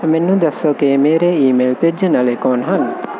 ਮੈਨੂੰ ਦੱਸੋ ਕਿ ਮੇਰੇ ਈਮੇਲ ਭੇਜਣ ਵਾਲੇ ਕੌਣ ਹਨ